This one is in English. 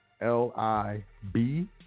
L-I-B